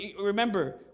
remember